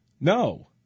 No